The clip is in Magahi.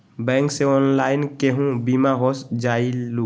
बैंक से ऑनलाइन केहु बिमा हो जाईलु?